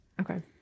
Okay